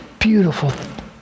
beautiful